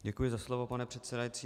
Děkuji za slovo, pane předsedající.